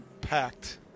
packed